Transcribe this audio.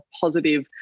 positive